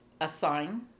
assign